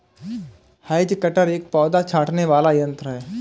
has cutter एक पौधा छाँटने वाला यन्त्र है